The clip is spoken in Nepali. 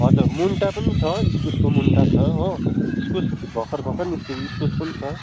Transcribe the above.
हजुर मुन्टा पनि छ इस्कुसको मुन्टा छ हो इस्कुस भर्खर भर्खर निस्कियो इस्कुस पनि छ